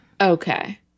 Okay